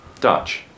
Dutch